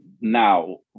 now